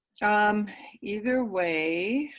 um either way.